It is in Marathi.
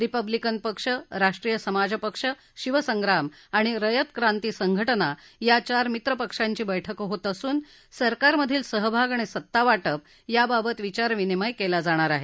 रिपब्लिकन पक्ष राष्ट्रीय समाज पक्ष शिवसंग्राम आणि रयत क्रांती संघटना या चार मित्रपक्षांची बैठक होत असून सरकारमधील सहभाग आणि सत्तावाटप याबाबत विचारविनिमय केला जाणार आहे